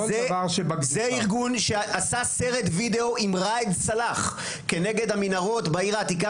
זה ארגון שעשה סרט וידאו עם ראאד סאלח כנגד המנהרות בעיר העתיקה